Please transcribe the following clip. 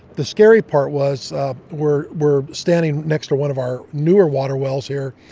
the scary part was ah we're we're standing next to one of our newer water wells here.